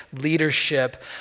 leadership